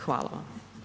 Hvala vam.